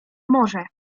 morze